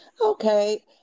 Okay